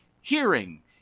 hearing